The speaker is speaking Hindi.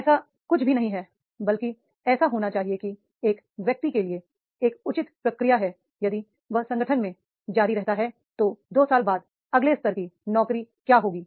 ऐसा कुछ भी नहीं है बल्कि ऐसा होना चाहिए कि एक व्यक्ति के लिए एक उचित प्रक्रिया है यदि वह संगठन में जारी रहता है तो दो साल बाद अगले स्तर की नौकरी क्या होगी